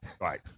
Right